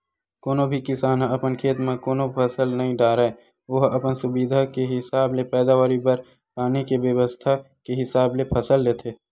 कोनो भी किसान ह अपन खेत म कोनो फसल नइ डारय ओहा अपन सुबिधा के हिसाब ले पैदावारी बर पानी के बेवस्था के हिसाब ले फसल लेथे